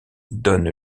donne